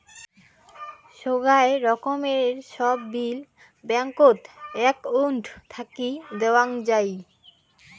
সোগায় রকমের সব বিল ব্যাঙ্কত একউন্ট থাকি দেওয়াং যাই